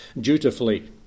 dutifully